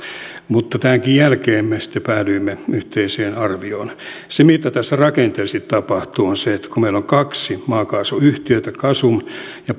mutta tämänkin jälkeen me sitten päädyimme yhteiseen arvioon se mitä tässä rakenteellisesti tapahtuu on se että kun meillä on kaksi maakaasuyhtiötä gasum ja